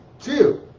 two